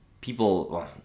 people